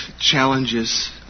Challenges